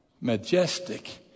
majestic